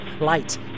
Light